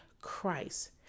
christ